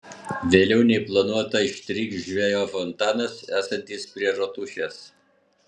vėliau nei planuota ištrykš žvejo fontanas esantis prie rotušės